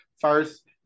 first